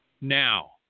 Now